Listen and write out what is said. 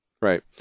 right